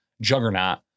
juggernaut